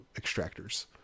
extractors